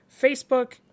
Facebook